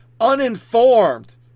uninformed